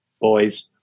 boys